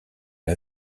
l’a